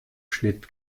schnitt